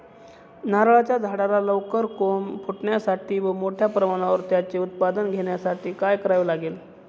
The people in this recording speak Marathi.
नारळाच्या झाडाला लवकर कोंब फुटण्यासाठी व मोठ्या प्रमाणावर त्याचे उत्पादन घेण्यासाठी काय करावे लागेल?